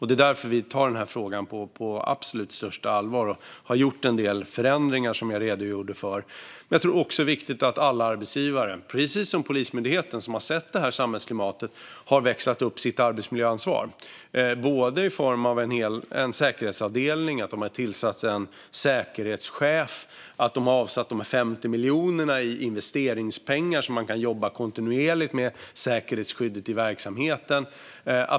Det är därför vi tar frågan på absolut största allvar och har gjort en del förändringar som jag har redogjort för. Jag tror också att det är viktigt att alla arbetsgivare gör som Polismyndigheten, som har sett det här samhällsklimatet och växlat upp sitt arbetsmiljöansvar. Man har en säkerhetsavdelning, man har tillsatt en säkerhetschef och man har avsatt dessa 50 miljoner i investeringspengar för att kunna jobba kontinuerligt med säkerhetsskyddet i verksamheten.